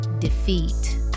Defeat